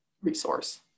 resource